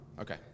okay